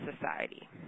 Society